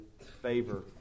favor